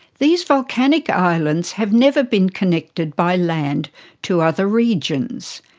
these volcanic islands have never been connected by land to other regions,